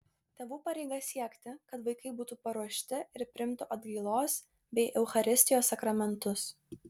tėvų pareiga siekti kad vaikai būtų paruošti ir priimtų atgailos bei eucharistijos sakramentus